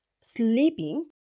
sleeping